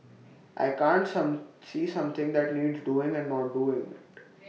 I can't some see something that needs doing and not do IT